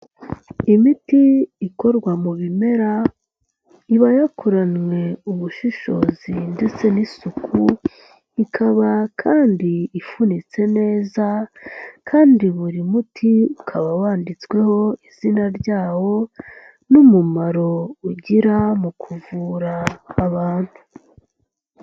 Imiti ikorwa mu bimera, iba yakoranywe ubushishozi ndetse n'isuku, ikaba kandi ifunitse neza, kandi buri muti ukaba wanditsweho izina ryawo n'umumaro ugira mu kuvura abantu.